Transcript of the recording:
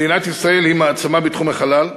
מדינת ישראל היא מעצמה בתחום החלל.